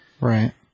Right